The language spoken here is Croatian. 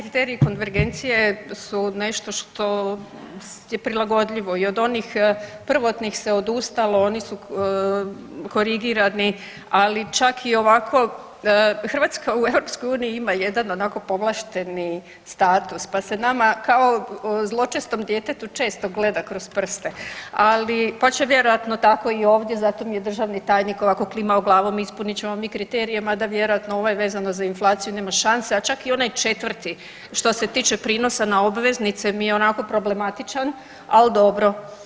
A da, ti kriteriji konvergencije su nešto što je prilagodljivo i od onih prvotnih se odustalo, oni su korigirani ali čak i ovako Hrvatska u EU ima jedan onako povlašteni status pa se nama kao zločestom djetetu često gleda kroz prste, ali, pa će vjerojatno tako i ovdje zato mi je državni tajnik ovako klimao glavom ispunit ćemo mi kriterije mada ovaj vezano za inflaciju nema šanse, a čak i onaj četvrti što se tiče prinosa na obveznice mi je onako problematičan, ali dobro.